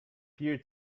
peer